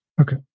Okay